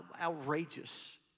outrageous